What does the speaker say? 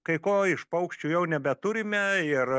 kai ko iš paukščių jau nebeturime ir